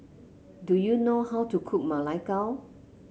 do you know how to cook Ma Lai Gao